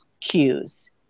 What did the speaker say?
cues